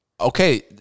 Okay